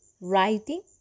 writing